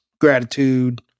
gratitude